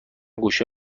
گوشه